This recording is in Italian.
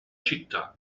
città